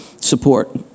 Support